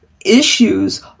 issues